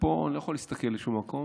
ופה אני לא יכול להסתכל לשום מקום,